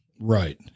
Right